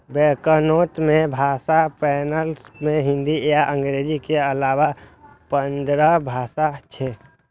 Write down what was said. banknote के भाषा panel मे हिंदी आ अंग्रेजी के अलाना पंद्रह भाषा छै